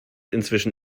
inzwischen